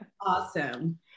awesome